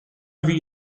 either